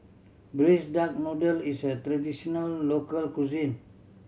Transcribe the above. Braised Duck Noodle is a traditional local cuisine